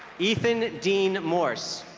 ethan dean morse